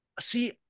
See